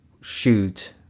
Shoot